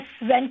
went